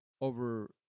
over